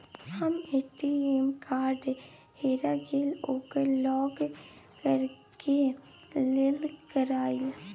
हमर ATM card हेरा गेल ओकरा लॉक करै के लेल की करियै?